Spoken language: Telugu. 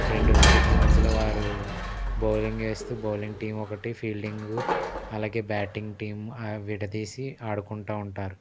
రెండు వికిట్ల మధ్యలో వారు బౌలింగ్ వేస్తూ బౌలింగ్ టీమ్ ఒకటి ఫీల్డింగు అలాగే బ్యాటింగ్ టీము విడదీసి ఆడుకుంటా ఉంటారు